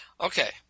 Okay